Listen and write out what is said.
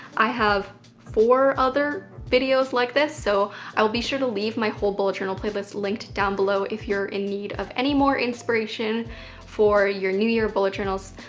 i have four other videos like this. so i will be sure to leave my whole bullet journal playlist linked down below if you're in need of any more inspiration for your new year bullet journals.